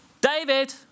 David